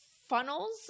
funnels